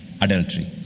adultery